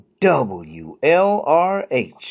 WLRH